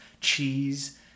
cheese